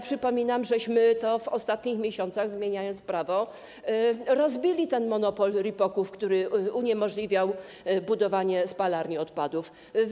Przypominam, że w ostatnich miesiącach, zmieniając prawo, rozbiliśmy ten monopol RIPOK-ów, który uniemożliwiał budowanie spalarni odpadów.